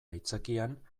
aitzakian